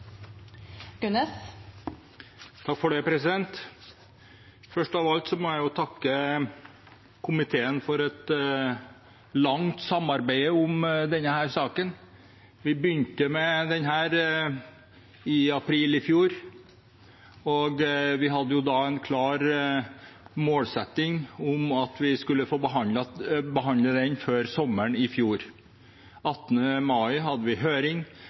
Først av alt må jeg takke komiteen for et langt samarbeid om denne saken. Vi begynte med den i april i fjor, og vi hadde da en klar målsetting om å få behandlet den før sommeren i fjor. Den 18. mai hadde vi høring,